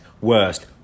worst